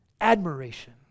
Admiration